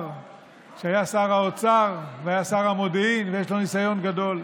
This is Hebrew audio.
שהיה שר האוצר והיה שר המודיעין ויש לו ניסיון גדול,